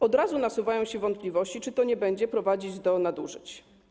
Od razu nasuwają się wątpliwości, czy to nie będzie prowadzić do nadużyć.